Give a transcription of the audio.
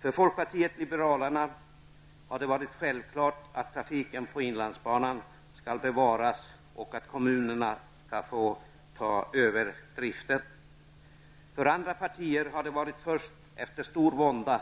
För folkpartiet liberalerna har det varit självklart att trafiken på inlandsbanan skall bevaras och att kommunerna skall få ta över driften. Andra partier har först efter stor vånda